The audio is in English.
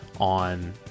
on